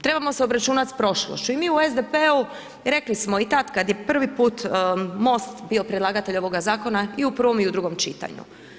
Trebamo se obračunati sa prošlošću i mi u SDP-u, rekli smo i tad kada je prvi put Most bio predlagatelj ovoga zakona i u prvom i u drugom čitanju.